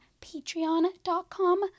patreon.com